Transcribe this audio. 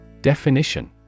Definition